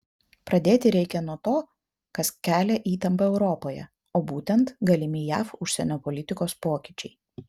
pradėti reikia nuo to kas kelia įtampą europoje o būtent galimi jav užsienio politikos pokyčiai